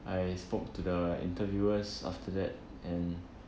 I spoke to the interviewers after that and